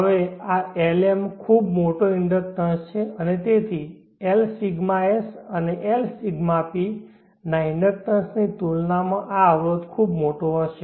હવે આ Lm ખૂબ મોટો ઇન્ડડક્ટન્સ છે અને તેથી LσS અને Lσp ના ઇન્ડક્ટન્સની તુલનામાં આ અવરોધ ખૂબ મોટો હશે